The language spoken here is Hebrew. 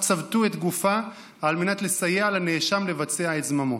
צבטו את גופה על מנת לסייע לנאשם לבצע את זממו".